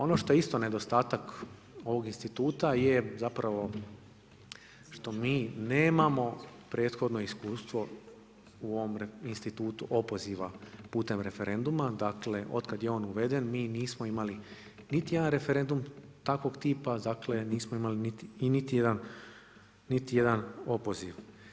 Ono što je isto nedostatak ovog instituta je zapravo što mi nemamo prethodno iskustvo u ovom institutu opoziva putem referenduma, dakle otkad je on uveden mi nismo imali niti jedan referendum takvog tipa dakle nismo imali niti jedan opoziv.